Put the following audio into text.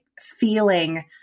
feeling